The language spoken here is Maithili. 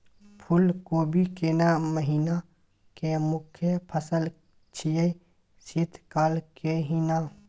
फुल कोबी केना महिना के मुखय फसल छियै शीत काल के ही न?